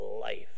life